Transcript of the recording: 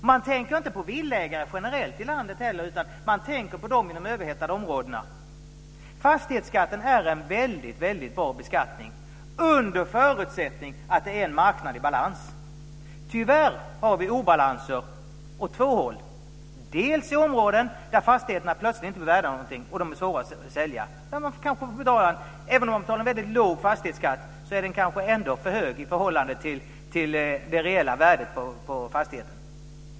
Man tänker inte heller på villaägare generellt i landet, utan man tänker på dem i de överhettade områdena. Fastighetsskatten är en väldigt bra beskattning under förutsättning att det är en marknad i balans. Tyvärr har vi obalanser på två håll. Vi har det dels i områden där fastigheterna plötsligt inte är värda något och är svåra att sälja. Även om man får betala en väldigt låg fastighetsskatt är den kanske ändå för hög i förhållande till det reella värdet på fastigheten.